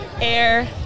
air